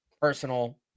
personal